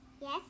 Yes